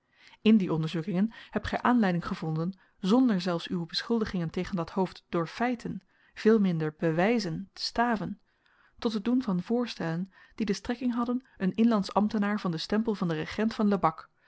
in die onderzoekingen hebt gij aanleiding gevonden zonder zelfs uwe beschuldigingen tegen dat hoofd door feiten veel minder bewijzen te staven tot het doen van voorstellen die de strekking hadden een inlandsch ambtenaar van de stempel van den regent van lebak